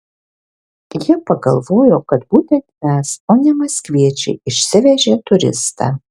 jie pagalvojo kad būtent mes o ne maskviečiai išsivežė turistą